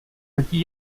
letí